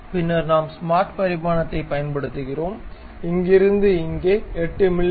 பின்னர் நாம் ஸ்மார்ட் பரிமாணத்தைப் பயன்படுத்துகிறோம் இங்கிருந்து இங்கே 8 மி